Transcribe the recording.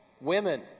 Women